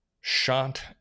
shot